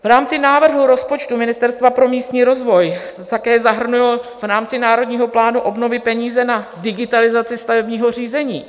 V rámci návrhu rozpočtu Ministerstva pro místní rozvoj jsou také zahrnuty v rámci Národního plánu obnovy peníze na digitalizaci stavebního řízení.